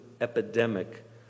epidemic